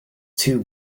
two